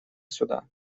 сюда